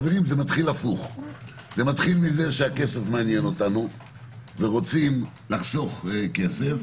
זה מתחיל הפוך מזה שהכסף מעניין אותנו ורוצים לחסוך כסף,